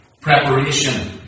Preparation